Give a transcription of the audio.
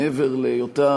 מעבר להיות,